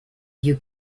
you